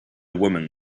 woman